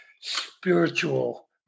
spiritual